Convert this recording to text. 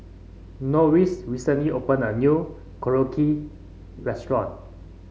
Norris recently opened a new Korokke Restaurant